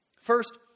First